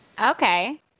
Okay